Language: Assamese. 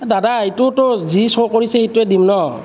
দাদা এইটোতো যি ছ' কৰিছে সেইটোৱেই দিম ন